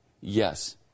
Yes